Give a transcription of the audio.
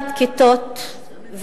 את הממוצע הארצי לממוצע במדינות המערב.